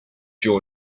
your